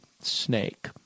snake